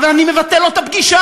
אבל אני מבטל לו את הפגישה.